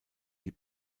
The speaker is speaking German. die